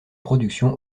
production